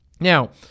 Now